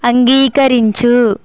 అంగీకరించు